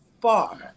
far